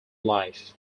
life